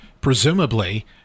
Presumably